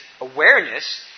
awareness